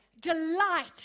delight